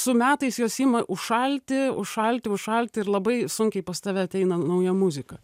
su metais jos ima užšalti užšalti užšalti ir labai sunkiai pas tave ateina nauja muzika